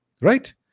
right